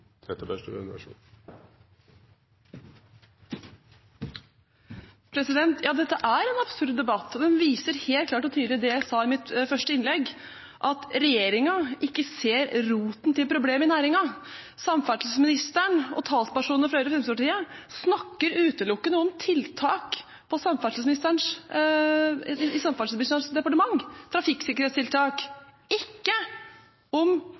en absurd debatt, og den viser helt klart og tydelig det jeg sa i mitt første innlegg, at regjeringen ikke ser roten til problemet i næringen. Samferdselsministeren og talspersoner fra Høyre og Fremskrittspartiet snakker utelukkende om tiltak innen samferdselsministerens departement, trafikksikkerhetstiltak, ikke om